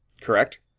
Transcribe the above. Correct